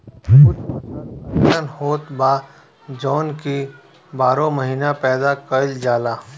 कुछ फसल अइसन होत बा जवन की बारहो महिना पैदा कईल जाला